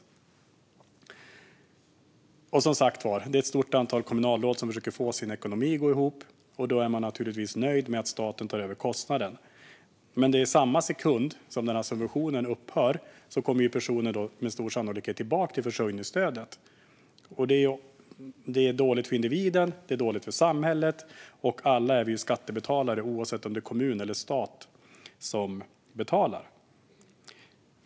Det är som sagt ett stort antal kommunalråd som försöker få sin ekonomi att gå ihop, och då är de naturligtvis nöjda med att staten tar över kostnaden. Men i samma sekund som subventionen upphör kommer personen sannolikt tillbaka till försörjningsstödet. Det är dåligt för individen, och det är dåligt för samhället. Vi är ju alla skattebetalare, oavsett om det är kommun eller stat som betalar.